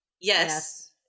Yes